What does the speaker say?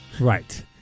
Right